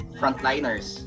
frontliners